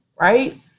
Right